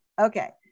Okay